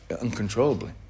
uncontrollably